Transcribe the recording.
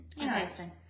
Interesting